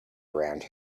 around